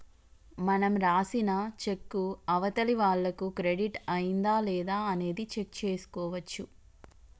మనం రాసిన చెక్కు అవతలి వాళ్లకు క్రెడిట్ అయ్యిందా లేదా అనేది చెక్ చేసుకోవచ్చు